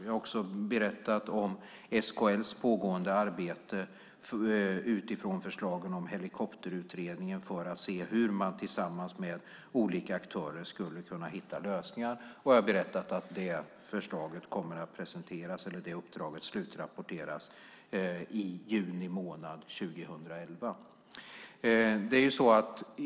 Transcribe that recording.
Jag har också berättat om SKL:s pågående arbete utifrån förslagen från Helikopterutredningen för att se hur man tillsammans med olika aktörer skulle kunna hitta lösningar. Jag har berättat att detta uppdrag kommer att slutrapporteras i juni månad 2011.